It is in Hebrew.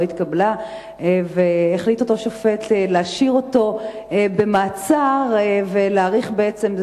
התקבלה והחליט אותו שופט להשאיר אותו במעצר ולהאריך בעצם,